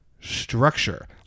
structure